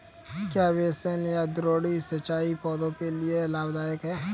क्या बेसिन या द्रोणी सिंचाई पौधों के लिए लाभदायक है?